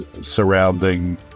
surrounding